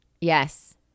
Yes